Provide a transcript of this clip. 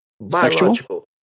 biological